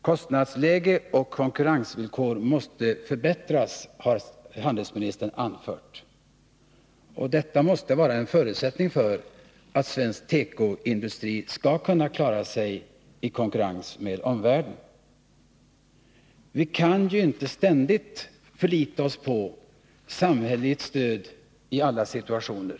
Kostnadsläge och konkurrensvillkor måste förbättras, har handelsministern anfört. Detta måste vara en förutsättning för att svensk tekoindustri skall kunna klara sig i konkurrens med omvärlden. Nr 14 Vi kan ju inte ständigt förlita oss på samhälleligt stöd i alla situationer.